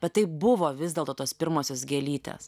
bet tai buvo vis dėlto tos pirmosios gėlytės